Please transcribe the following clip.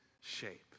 shape